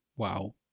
Wow